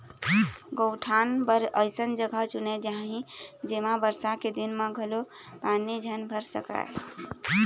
गउठान बर अइसन जघा चुने जाही जेमा बरसा के दिन म घलोक पानी झन भर सकय